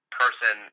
person